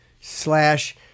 slash